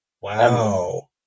Wow